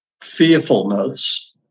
fearfulness